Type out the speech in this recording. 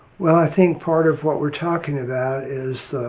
well, i think part of what we're talking about is,